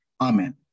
Amen